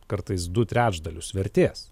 kartais du trečdalius vertės